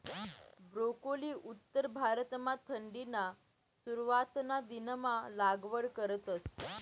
broccoli उत्तर भारतमा थंडीना सुरवातना दिनमा लागवड करतस